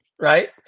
right